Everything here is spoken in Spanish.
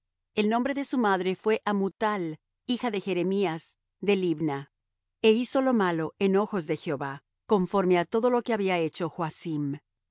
el nombre de su madre fué neusta hija de elnathán de jerusalem e hizo lo malo en ojos de jehová conforme á todas las cosas que había hecho